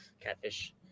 catfish